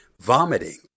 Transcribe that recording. vomiting